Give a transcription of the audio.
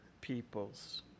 peoples